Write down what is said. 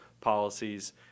policies